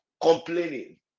complaining